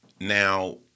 now